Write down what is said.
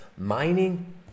Mining